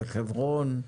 בחברון,